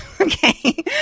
Okay